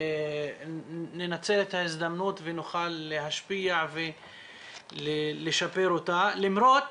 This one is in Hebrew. ננצל את ההזדמנות ונוכל להשפיע ולשפר אותה, למרות